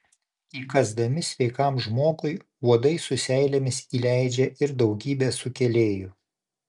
įkąsdami sveikam žmogui uodai su seilėmis įleidžia ir daugybę sukėlėjų